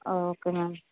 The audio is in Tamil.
O okay ma'am